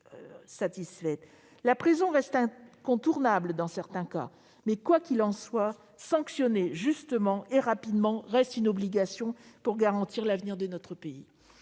La prison reste incontournable dans certains cas, mais quoi qu'il en soit, sanctionner justement et rapidement demeure une obligation pour garantir l'avenir de notre pays.